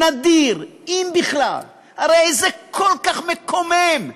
נדיר, אם בכלל, הרי זה כל כך מקומם.